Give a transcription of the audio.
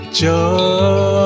joy